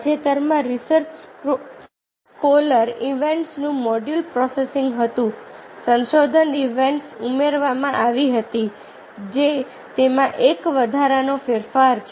તાજેતરમાં research scholar ઇવેન્ટ્સનું module processing હતું સંશોધન ઇવેન્ટ્સ ઉમેરવામાં આવી હતી જે તેમાં એક વધારાનો ફેરફાર છે